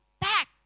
back